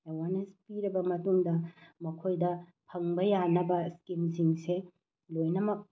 awareness ꯄꯤꯔꯕ ꯃꯇꯨꯡꯗ ꯃꯈꯣꯏꯗ ꯐꯪꯕ ꯌꯥꯅꯕ ꯏꯁꯀꯤꯝꯁꯤꯡꯁꯦ ꯂꯣꯏꯅꯃꯛ